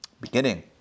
beginning